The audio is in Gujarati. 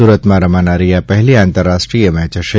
સુરતમાં રમાનારી આ પહેલી આંતરરાષ્ટ્રીય મેચ હશે